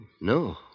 No